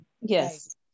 yes